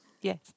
Yes